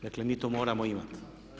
Dakle mi to moramo imati.